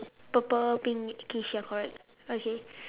purple pink shoe ya correct okay